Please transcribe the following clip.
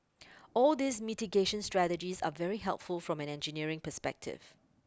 all these mitigation strategies are very helpful from an engineering perspective